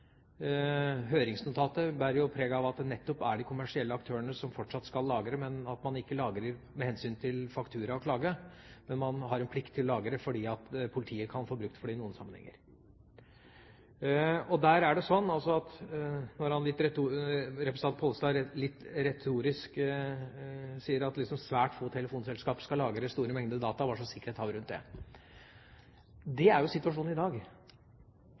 Høringsnotatet bærer jo preg av at det nettopp er de kommersielle aktørene som fortsatt skal lagre, men at man ikke lagrer med hensyn til faktura og klage. Men man har en plikt til å lagre fordi politiet kan få bruk for det i noen sammenhenger. Når representanten Pollestad litt retorisk sier at svært få telefonselskaper skal lagre store mengder data og spør om hva slags sikkerhet har vi rundt det, er jo situasjonen i dag